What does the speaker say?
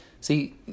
See